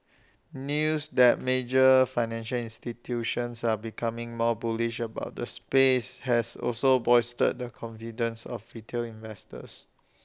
news that major financial institutions are becoming more bullish about the space has also bolstered the confidence of retail investors